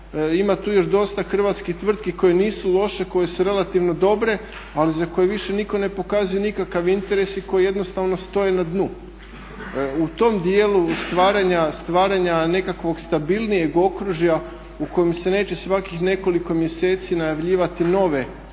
ima tu još dosta hrvatskih tvrtki koje nisu loše, koje su relativno dobre ali za koje više nitko ne pokazuje nikakav interes i koji jednostavno stoje na dnu. U tom djelu stvaranja nekakvog stabilnijeg okružja u kojem se neće svakih nekoliko mjeseci najavljivati nove